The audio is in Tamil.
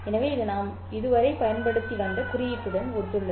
எனவே இது நாம் இதுவரை பயன்படுத்தி வந்த குறியீட்டுடன் ஒத்துள்ளது